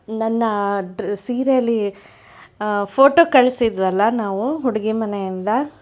ನನ್ನ ಸೀರೇಲಿ ಫೋಟೋ ಕಳಿಸಿದ್ವಲ್ಲ ನಾವು ಹುಡುಗಿ ಮನೆಯಿಂದ